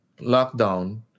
lockdown